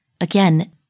again